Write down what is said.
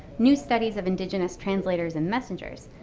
new studies of indigenous translators and messengers,